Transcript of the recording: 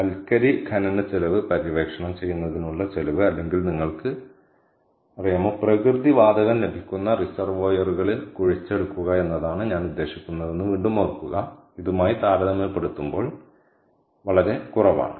കൽക്കരി ഖനന ചെലവ് പര്യവേക്ഷണം ചെയ്യുന്നതിനുള്ള ചെലവ് അല്ലെങ്കിൽ നിങ്ങൾക്ക് അറിയാമോ പ്രകൃതി വാതകം ലഭിക്കുന്ന റിസർവോയറുകളിൽ കുഴിച്ചെടുക്കുക എന്നതാണ് ഞാൻ ഉദ്ദേശിക്കുന്നതെന്ന് വീണ്ടും ഓർക്കുക ഇതുമായി താരതമ്യപ്പെടുത്തുമ്പോൾ ഞാൻ വളരെ കുറവാണ്